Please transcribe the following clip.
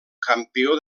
campió